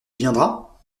viendra